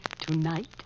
Tonight